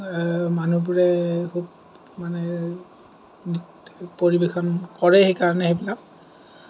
মানুহবোৰে খুউব মানে পৰিৱেশন কৰে সেইকাৰণে সেইবিলাক